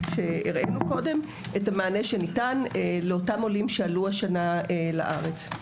שהראינו קודם את המענה שניתן לאותם עולים שעלו השנה לארץ.